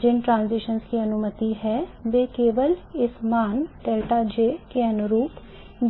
जिन transition की अनुमति है वे केवल इस मान ΔJ के अनुरूप